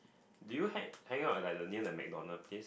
do you hang hang out at like near the McDonald place